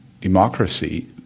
democracy